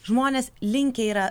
žmonės linkę yra